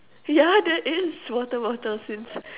yeah there is water bottles ins~